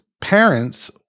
parents